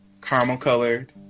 caramel-colored